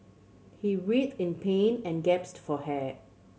he writhed in pain and gasped for air